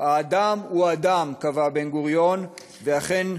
האדם הוא אדם, קבע בן-גוריון, ואכן,